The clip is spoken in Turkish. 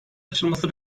açılması